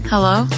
Hello